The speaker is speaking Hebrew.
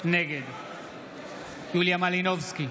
נגד יוליה מלינובסקי,